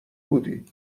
بودی